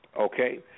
okay